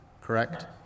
correct